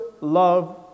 love